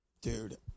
Dude